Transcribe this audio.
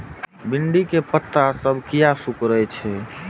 भिंडी के पत्ता सब किया सुकूरे छे?